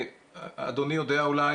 אדוני יודע אולי,